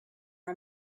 our